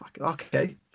Okay